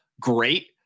Great